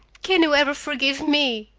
can you ever forgive me?